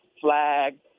flag